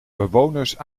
bewoners